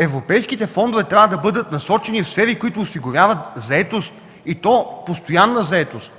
Европейските фондове трябва да бъдат насочени в сфери, осигуряващи заетост, и то постоянна заетост.